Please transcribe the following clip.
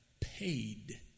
paid